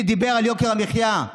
שדיבר על יוקר המחיה,